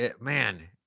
man